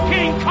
King